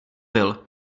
byl